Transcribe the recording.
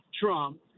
Trump